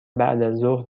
بعدازظهر